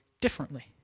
differently